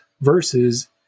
Versus